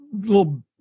little